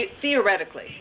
theoretically